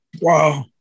Wow